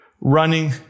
running